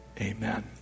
Amen